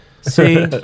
See